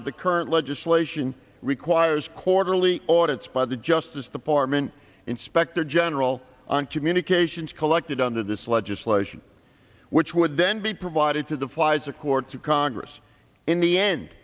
of the current legislation requires quarterly audits by the justice department inspector general on communications collected under this legislation which would then be provided to the fly's accord to congress in the end